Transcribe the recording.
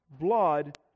blood